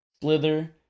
Slither